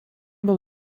był